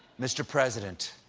mr. president,